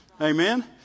amen